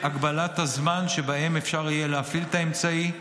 הגבלת הזמן שבהם אפשר יהיה להפעיל את האמצעי.